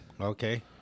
Okay